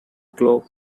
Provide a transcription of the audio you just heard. globe